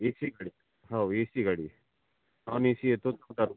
ए C गाडी हो A C गाडी आहे नॉन ए सी येतो चौदा रुपये